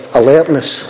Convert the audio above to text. alertness